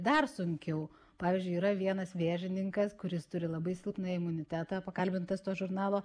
dar sunkiau pavyzdžiui yra vienas vėžininkas kuris turi labai silpną imunitetą pakalbintas to žurnalo